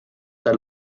der